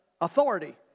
authority